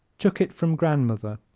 took it from grandmother